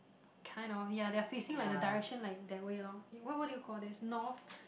kind of ya they are facing like the direction like that way loh what what do you call this north